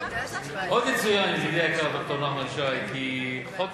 עוד יצוין, ידידי היקר, ד"ר נחמן שי, כי חוק